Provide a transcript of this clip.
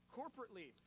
corporately